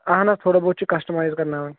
اَہَن حظ تھوڑا بہت چھِ کَسٹٕمایِز کَرناوٕنۍ